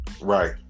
right